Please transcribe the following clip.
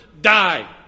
die